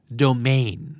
domain